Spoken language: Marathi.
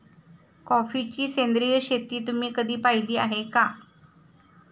कॉफीची सेंद्रिय शेती तुम्ही कधी पाहिली आहे का?